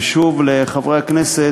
ושוב, לחברי הכנסת.